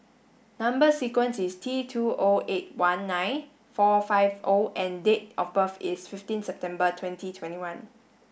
number sequence is T two O eight one nine four five O and date of birth is fifteen September twenty twenty one